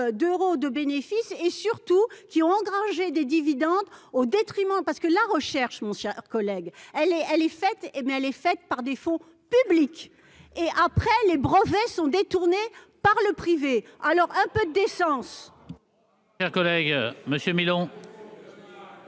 d'euros de bénéfices et surtout qui ont engrangé des dividendes au détriment parce que la recherche, mon cher collègue, elle est, elle est faite et mais elle est faite par des fonds publics et après les brevets sont détournés par le privé, alors un peu d'essence.